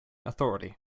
authority